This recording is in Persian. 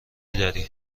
داری